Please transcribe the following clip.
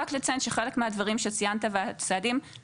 אז רק לציין שחלק מהדברים שציינת הם לא